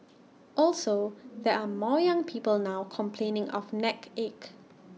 also there are more young people now complaining of neck ache